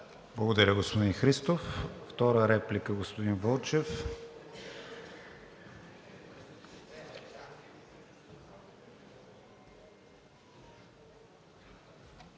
Благодаря, господин Христов. Втора реплика – господин Вълчев.